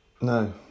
no